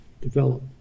develop